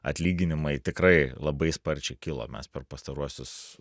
atlyginimai tikrai labai sparčiai kilo mes per pastaruosius